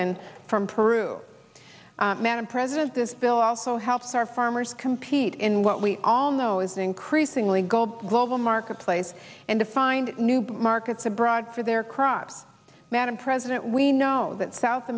in from peru madam president this bill also helps our farmers compete in what we all know is increasingly gold global marketplace and to find new book markets abroad for their crops madam president we know that south